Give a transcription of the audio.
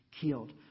killed